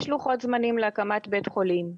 יש לוחות זמנים להקמת בית חולים,